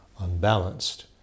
unbalanced